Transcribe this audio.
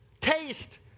taste